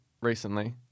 recently